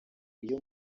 iyo